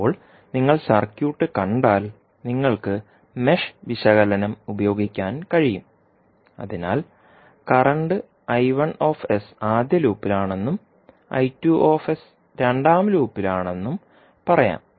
ഇപ്പോൾ നിങ്ങൾ സർക്യൂട്ട് കണ്ടാൽ നിങ്ങൾക്ക് മെഷ് വിശകലനം ഉപയോഗിക്കാൻ കഴിയും അതിനാൽ കറന്റ് I 1 ആദ്യ ലൂപ്പിലാണെന്നും I 2 രണ്ടാം ലൂപ്പിലാണെന്നും പറയാം